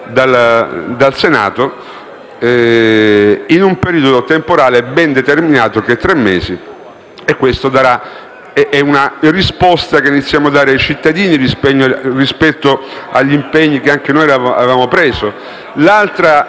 dal Senato in un periodo temporale ben determinato, che è di tre mesi. Questa è una risposta che iniziamo a dare ai cittadini rispetto agli impegni che anche noi avevamo assunto. L'altra modifica